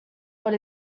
what